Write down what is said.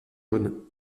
jaune